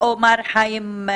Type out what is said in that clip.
אולי להט הנעורים עזר קצת.